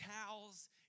towels